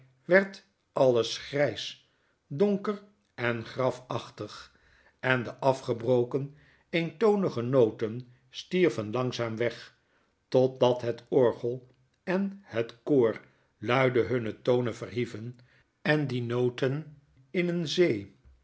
werd alles grys donker en grafachtig en de afgebroken eentonige noten stierven langzaam weg totdat het orgel en het koor luidehunne tonen verhieven en die noten in een zee